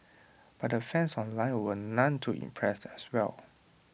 but the fans online were none too impressed as well